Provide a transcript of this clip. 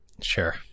Sure